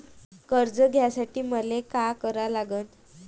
कर्ज घ्यासाठी मले का करा लागन?